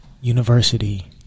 university